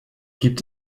gibt